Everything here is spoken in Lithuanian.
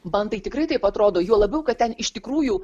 man tai tikrai taip atrodo juo labiau kad ten iš tikrųjų